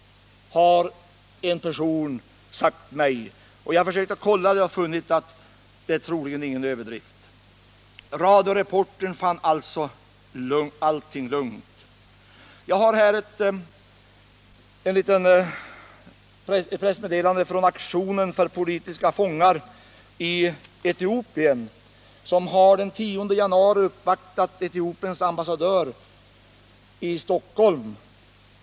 Jag har försökt kolla detta och funnit att det troligen inte är någon överdrift. Radioreportern Ölander fann alltså allting lugnt. Jag har här ett litet pressmeddelande från Aktionen för politiska fångar i Etiopien som den 10 januari uppvaktade Etiopiens ambassadör i Stockholm.